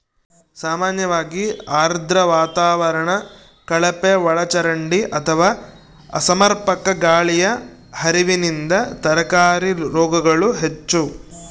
ಸಾಮಾನ್ಯವಾಗಿ ಆರ್ದ್ರ ವಾತಾವರಣ ಕಳಪೆಒಳಚರಂಡಿ ಅಥವಾ ಅಸಮರ್ಪಕ ಗಾಳಿಯ ಹರಿವಿನಿಂದ ತರಕಾರಿ ರೋಗಗಳು ಹೆಚ್ಚು